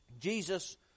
Jesus